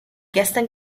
gestern